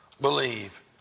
believe